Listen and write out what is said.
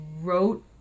wrote